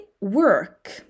work